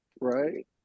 right